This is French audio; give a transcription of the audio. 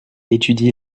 étudie